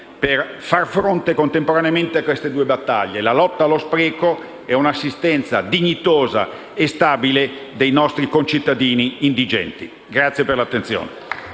per far fronte contemporaneamente a due battaglie: la lotta allo spreco e un'assistenza dignitosa e stabile ai nostri concittadini indigenti. *(Applausi